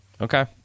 Okay